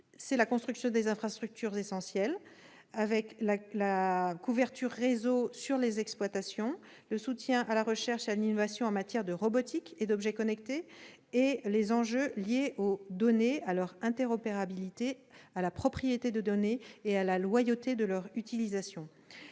de la construction des infrastructures essentielles, avec la couverture réseau des exploitations, le soutien à la recherche et à l'innovation en matière de robotique et d'objets connectés et les enjeux liés aux données- leur interopérabilité, leur propriété et la loyauté de leur utilisation.